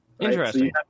Interesting